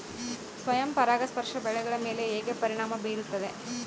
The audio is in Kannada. ಸ್ವಯಂ ಪರಾಗಸ್ಪರ್ಶ ಬೆಳೆಗಳ ಮೇಲೆ ಹೇಗೆ ಪರಿಣಾಮ ಬೇರುತ್ತದೆ?